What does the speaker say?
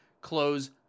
close